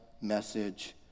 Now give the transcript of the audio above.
message